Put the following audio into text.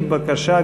תודה.